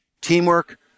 Teamwork